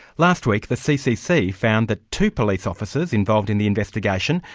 last week the ccc found that two police officers involved in the investigation,